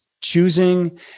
choosing